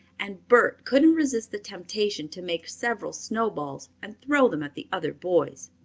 and bert couldn't resist the temptation to make several snowballs and throw them at the other boys.